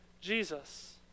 Jesus